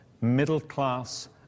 middle-class